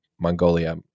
Mongolia